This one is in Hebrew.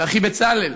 ואחי בצלאל,